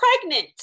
pregnant